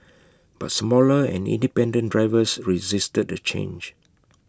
but smaller and independent drivers resisted the change